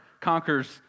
conquers